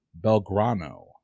Belgrano